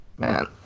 Man